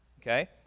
Okay